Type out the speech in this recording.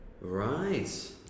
Right